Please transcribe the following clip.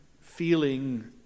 feeling